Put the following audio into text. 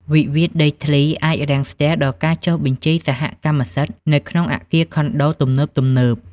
វិវាទដីធ្លីអាចរាំងស្ទះដល់ការចុះបញ្ជីសហកម្មសិទ្ធិ នៅក្នុងអគារខុនដូទំនើបៗ។